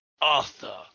Arthur